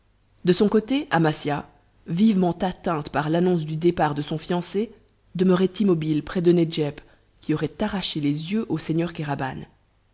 de son côté amasia vivement atteinte par l'annonce du départ de son fiancé demeurait immobile près de nedjeb qui aurait arraché les yeux au seigneur kéraban